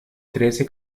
trece